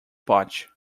potch